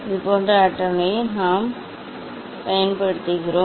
இதே போன்ற அட்டவணையை நாம் பயன்படுத்தப் போகிறோம்